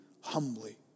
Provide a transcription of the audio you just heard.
humbly